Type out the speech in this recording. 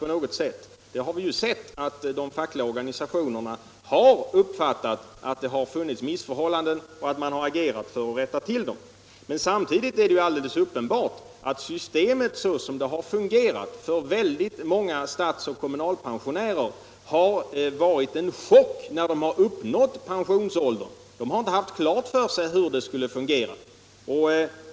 Vi har ju erfarit att de fackliga organisationerna ansett att det funnits missförhållanden och att de agerat för att rätta till dessa. Men samtidigt är det uppenbart att systemet, så som det fungerar för många statsoch kommunalpensionärer, har blivit en chock när de uppnått pensionsåldern. De har tidigare inte haft klart för sig hur det skulle komma att fungera.